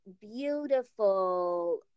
beautiful